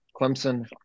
clemson